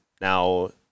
Now